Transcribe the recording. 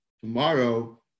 tomorrow